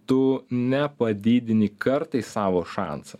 tu nepadidini kartais savo šansą